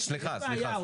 יש בעיה.